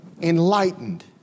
enlightened